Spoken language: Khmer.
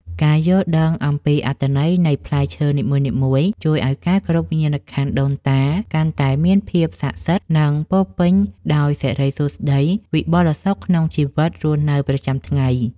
ការយល់ដឹងអំពីអត្ថន័យនៃផ្លែឈើនីមួយៗជួយឱ្យការគោរពវិញ្ញាណក្ខន្ធដូនតាកាន់តែមានភាពស័ក្តិសិទ្ធិ និង ពោរពេញដោយសិរីសួស្តីវិបុលសុខក្នុងជីវិតរស់នៅប្រចាំថ្ងៃ។